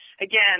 again